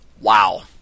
Wow